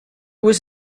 was